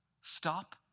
Stop